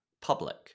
public